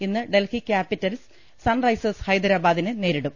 ഇന്ന് Delhi Capitals Sunrisers ഹൈദരാബാദിനെ നേരിടും